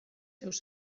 seus